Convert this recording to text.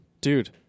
dude